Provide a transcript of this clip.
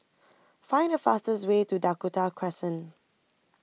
Find The fastest Way to Dakota Crescent